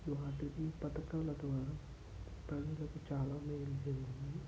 వాటికి పథకాల ద్వారా ప్రజలకి చాలా మేలు జరిగింది